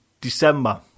December